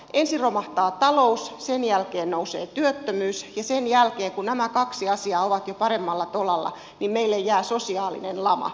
ensin romahtaa talous sen jälkeen nousee työttömyys ja sen jälkeen kun nämä kaksi asiaa ovat jo paremmalla tolalla meille jää sosiaalinen lama